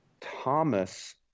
Thomas